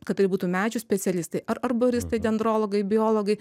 kad tai būtų medžių specialistai ar arboristai dendrologai biologai